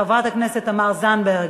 חברת הכנסת תמר זנדברג,